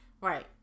Right